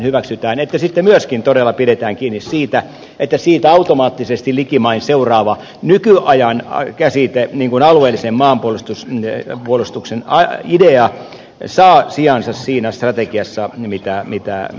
hyväksytään että sitten myöskin todella pidetään kiinni siitä että siitä automaattisesti likimain seuraava nykyajan käsite alueelliseen maanpuolustuksen idea saa sijansa siinä strategiassa mitä rakennetaan